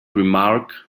remark